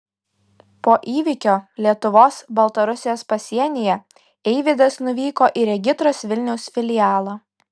po įvykio lietuvos baltarusijos pasienyje eivydas nuvyko į regitros vilniaus filialą